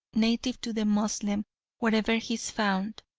native to the moslem wherever he found,